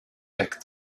tech